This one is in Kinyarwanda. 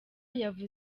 yavuze